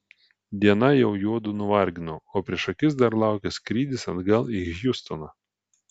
diena jau juodu nuvargino o prieš akis dar laukė skrydis atgal į hjustoną